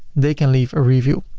they can leave a review.